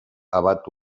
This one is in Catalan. abat